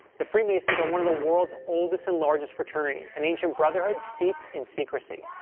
the freemasons are one of the world's oldest and largest fraternities an ancient brotherhood steeped in secrecy.